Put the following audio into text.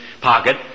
pocket